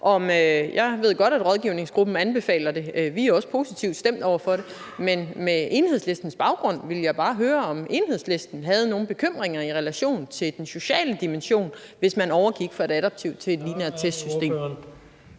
Jeg ved godt, at rådgivningsgruppen anbefaler det; vi er også positivt stemt over for det. Men med Enhedslistens baggrund vil jeg bare høre, om Enhedslisten havde nogle bekymringer i relation til den sociale dimension, hvis man overgik fra et adaptivt til et lineært testsystem.